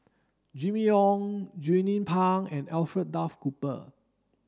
Jimmy Ong Jernnine Pang and Alfred Duff Cooper